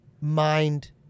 mind